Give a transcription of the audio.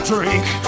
Drink